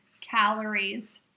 calories